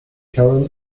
karen